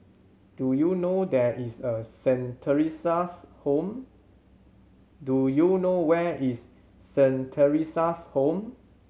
do you know there is Saint Theresa's Home do you know there is Saint Theresa's Home